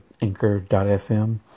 anchor.fm